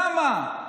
למה?